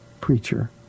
preacher